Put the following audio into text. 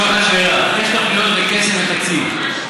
אני שואל שאלה: יש תוכניות וכסף ותקציב.